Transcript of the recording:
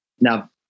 Now